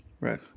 Right